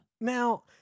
Now